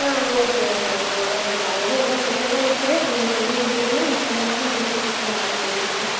ஆ ஓகேங்க ஓகேங்க ஓகே காலையில் எல்லாம் ஃப்ரெஷ்ஷாக தான் இருக்குது நீங்கள் சொன்னிங்க அப்படின்னிங்கன்னா இன்னும் கொஞ்சம் கூட நாங்கள் சேர்த்தி கொஞ்சம் ஆர்ட்ரு பண்ணிக்கொடுப்போம்